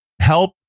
help